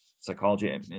psychology